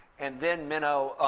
and then minow,